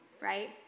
right